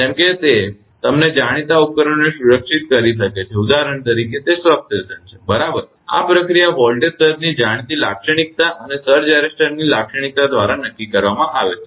જેમ કે તે તમને જાણીતા ઉપકરણોને સુરક્ષિત કરી શકે છે ઉદાહરણ તરીકે તે સબસ્ટેશન છે બરાબર આ પ્રક્રિયા વોલ્ટેજ સર્જની જાણીતી લાક્ષણિકતા અને સર્જ એરેસ્ટર્સની લાક્ષણિકતા દ્વારા નક્કી કરવામાં આવે છે